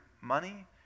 money